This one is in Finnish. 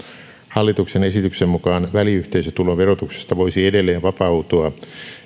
hallituksen esityksen mukaan väliyhteisötulon verotuksesta voisi edelleen vapautua